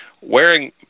wearing